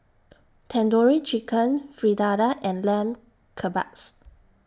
Tandoori Chicken Fritada and Lamb Kebabs